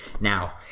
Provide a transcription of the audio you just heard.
Now